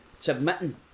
submitting